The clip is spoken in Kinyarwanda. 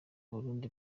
burundi